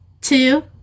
two